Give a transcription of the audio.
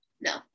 no